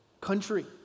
country